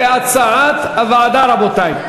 כהצעת הוועדה, רבותי.